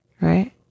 right